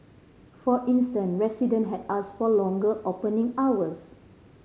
for instance resident had ask for longer opening hours